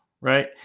right